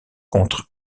contre